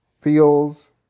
feels